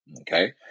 Okay